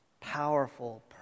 powerful